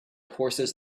horses